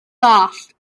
dallt